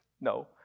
No